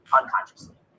unconsciously